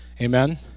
Amen